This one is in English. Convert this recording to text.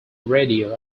radio